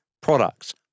products